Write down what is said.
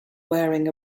wearing